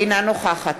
אינה נוכחת